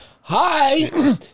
hi